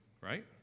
right